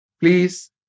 Please